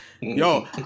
Yo